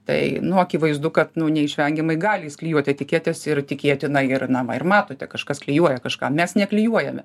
tai nu akivaizdu ka neišvengiamai gali jis klijuot etiketes ir tikėtina ir na va ir matote kažkas klijuoja kažką mes neklijuojame